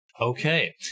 Okay